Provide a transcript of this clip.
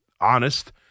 honest